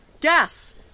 gas